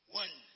one